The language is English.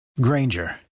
Granger